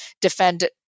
defend